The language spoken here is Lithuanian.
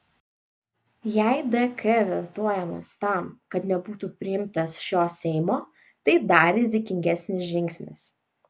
jei dk vetuojamas tam kad nebūtų priimtas šio seimo tai dar rizikingesnis žingsnis